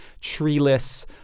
treeless